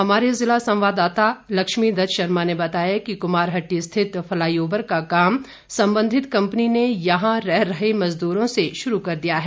हमारे जिला संवाददाता लक्ष्मी दत्त शर्मा ने बताया कि कुम्हारहट्टी स्थित फ्लाई ओवर का काम संबंधित कंपनी ने यहां रह रहे मजदूरों से शुरू कर दिया है